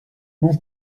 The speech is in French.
mon